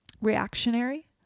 reactionary